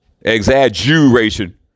exaggeration